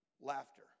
laughter